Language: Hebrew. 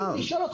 ממש לא.